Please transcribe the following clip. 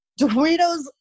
Doritos